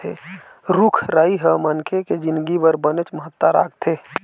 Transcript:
रूख राई ह मनखे के जिनगी बर बनेच महत्ता राखथे